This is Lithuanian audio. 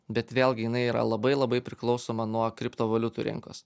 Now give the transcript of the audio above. bet vėlgi jinai yra labai labai priklausoma nuo kriptovaliutų rinkos